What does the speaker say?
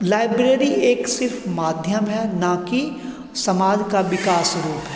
library एक सिर्फ माध्यम है ना कि समाज का विकास रूप है